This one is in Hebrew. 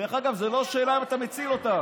דרך אגב, זה לא שאלה אם אתה מציל אותם.